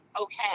okay